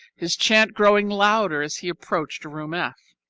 his chant growing louder as he approached room f.